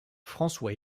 françois